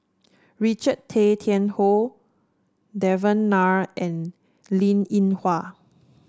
Richard Tay Tian Hoe Devan Nair and Linn In Hua